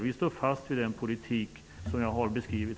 Vi står fast vid den politik som jag har beskrivit.